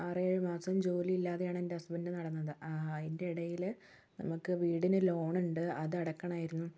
ആറേഴുമാസം ജോലിയില്ലാതെയാണ് എൻ്റെ ഹസ്ബൻൻ്റ് നടന്നത് ആ അതിൻ്റെ ഇടയില് നമുക്ക് വീടിന് ലോണുണ്ട് അത് അടയ്ക്കണമായിരുന്നു